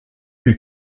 who